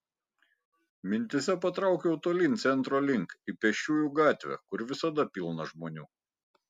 mintyse patraukiau tolyn centro link į pėsčiųjų gatvę kur visada pilna žmonių